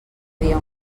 dia